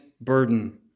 burden